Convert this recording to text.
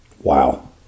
Wow